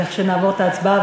אז נעבור להצבעה,